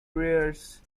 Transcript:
players